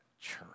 church